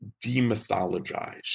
demythologize